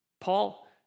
Paul